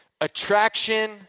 Attraction